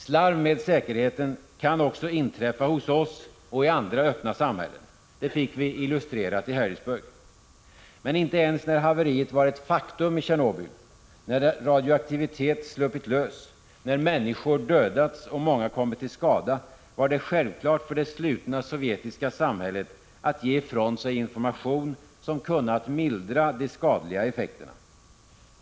Slarv med säkerheten kan också inträffa hos oss och i andra öppna samhällen. Det fick vi illustrerat i Harrisburg. Men inte ens när haveriet var ett faktum i Tjernobyl, när radioaktivitet sluppit lös, när människor dödats och många kommit till skada, var det självklart för det slutna sovjetiska samhället att ge ifrån sig information, som kunnat mildra de skadliga effekterna.